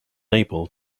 able